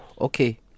okay